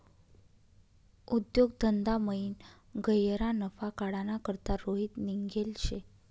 उद्योग धंदामयीन गह्यरा नफा काढाना करता रोहित निंघेल शे